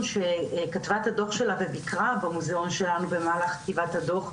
שכתבה את הדוח שלה וביקרה במוזיאון שלנו במהלך כתיבת הדוח,